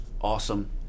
awesome